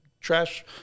trash